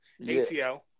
ATL